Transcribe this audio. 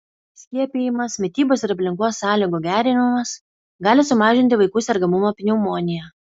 skiepijimas mitybos ir aplinkos sąlygų gerinimas gali sumažinti vaikų sergamumą pneumonija